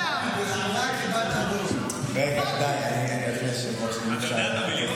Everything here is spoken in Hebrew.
בזכות טלי אני יודע שיש לבן זוגי, שיחיה, כמה?